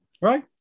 right